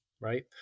right